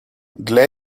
для